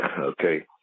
okay